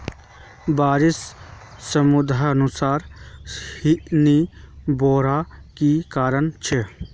बारिश समयानुसार नी होबार की कारण छे?